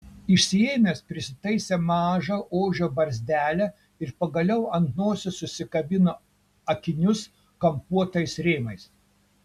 išsiėmęs prisitaisė mažą ožio barzdelę ir pagaliau ant nosies užsikabino akinius kampuotais rėmais